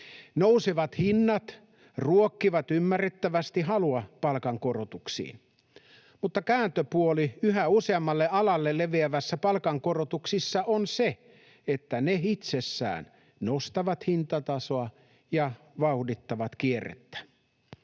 Nousevat hinnat ruokkivat ymmärrettävästi halua palkankorotuksiin, mutta kääntöpuoli yhä useammalle alalle leviävissä palkankorotuksissa on se, että ne itsessään nostavat hintatasoa ja vauhdittavat kierrettä.